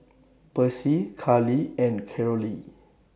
Percy Cali and Carolee